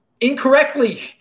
incorrectly